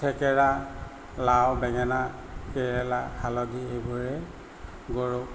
ঠেকেৰা লাও বেঙেনা কেৰেলা হালধি এইবোৰেৰে গৰু